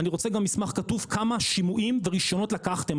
אני רוצה גם מסמך כתוב כמה שינויים ורישיונות לקחתם?